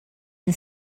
and